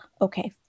okay